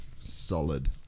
Solid